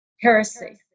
heresy